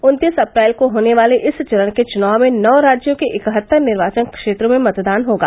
उन्तीस अप्रैल को होने वाले इस चरण के चुनाव में नौ राज्यों के इकहत्तर निर्वाचन क्षेत्रों में मतदान होगा